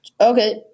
Okay